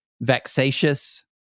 vexatious